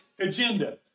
agenda